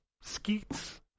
skeets